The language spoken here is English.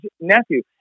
nephew